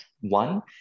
one